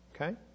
Okay